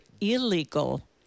illegal